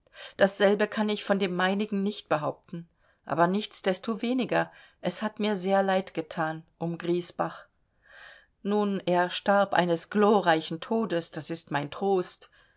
dasselbe kann ich von dem meinigen nicht behaupten aber nichtsdestoweniger es hat mir sehr leid gethan um griesbach nun er starb eines glorreichen todes das ist mein trost